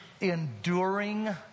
enduring